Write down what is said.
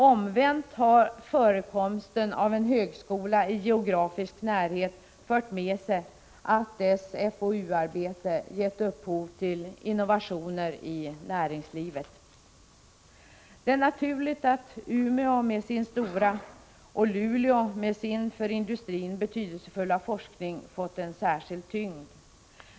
Omvänt har den geografiska närheten till en högskola fört med sig att högskolans FoU-arbete gett upphov till innovationer i näringslivet. Det är naturligt att Umeå med sin stora och Luleå med sin för industrin betydelsefulla forskning har fått en särskild tyngd.